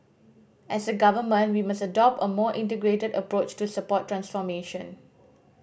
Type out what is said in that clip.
as a Government we must adopt a more integrated approach to support transformation